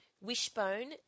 Wishbone